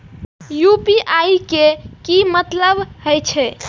UPI के की मतलब हे छे?